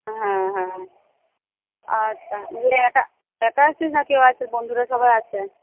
হ্যাঁ হ্যাঁ আচ্ছা তুই একা একা আসছিস নাকি কেউ আছে বন্ধুরা সবাই আছে